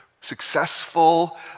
successful